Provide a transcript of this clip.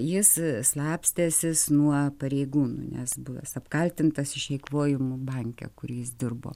jis slapstęsis nuo pareigūnų nes buvęs apkaltintas išeikvojimu banke kur jis dirbo